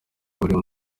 burimo